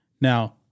Now